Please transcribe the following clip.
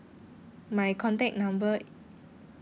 my contact number